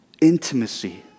intimacy